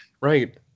Right